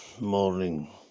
morning